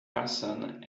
arson